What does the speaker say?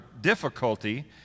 difficulty